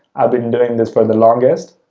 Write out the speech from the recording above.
i've been doing this for the longest.